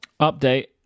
Update